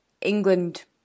England